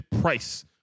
price